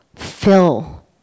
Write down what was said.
fill